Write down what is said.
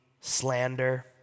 slander